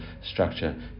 structure